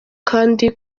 kandi